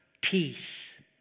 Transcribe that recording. peace